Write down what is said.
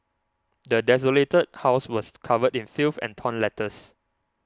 the desolated house was covered in filth and torn letters